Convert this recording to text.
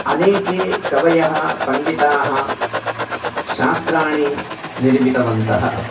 अनेके कवयः पण्डिताः शास्त्राणि निर्मितवन्तः